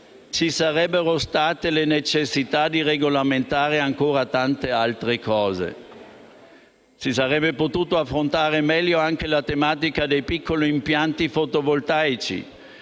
ci sarebbe stata la necessità di regolamentare ancora tante altre questioni. Si sarebbe potuto affrontare meglio anche la tematica dei piccoli impianti fotovoltaici.